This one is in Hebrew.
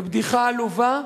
ובדיחה עלובה,